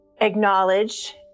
acknowledge